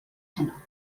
heno